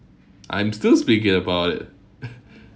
I'm still speaking about it